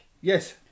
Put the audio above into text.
Yes